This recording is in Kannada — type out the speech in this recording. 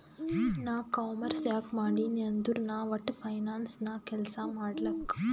ನಾ ಕಾಮರ್ಸ್ ಯಾಕ್ ಮಾಡಿನೀ ಅಂದುರ್ ನಾ ವಟ್ಟ ಫೈನಾನ್ಸ್ ನಾಗ್ ಕೆಲ್ಸಾ ಮಾಡ್ಲಕ್